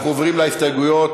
נא להצביע.